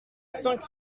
cinq